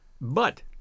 But